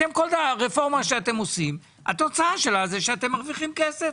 התוצאה של כל רפורמה שאתם עושים היא שאתם מרוויחים כסף,